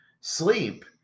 sleep